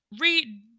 Read